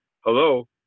hello